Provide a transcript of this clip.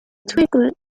twiglet